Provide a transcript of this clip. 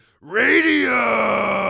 Radio